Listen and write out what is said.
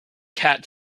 cat